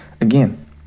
Again